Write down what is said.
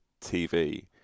TV